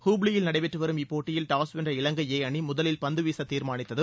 ஹுப்ளியில் நடைபெற்று வரும் இப்போட்டியில் டாஸ் வென்ற இலங்கை ஏ அணி முதலில் பந்து வீச தீர்மானித்தது